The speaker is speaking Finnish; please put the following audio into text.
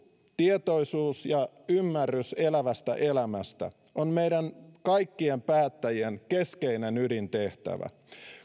tietoisuus ja ymmärrys elävästä elämästä on meidän kaikkien päättäjien keskeinen ydintehtävä